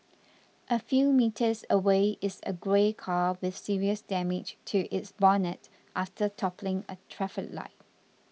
a few metres away is a grey car with serious damage to its bonnet after toppling a traffic light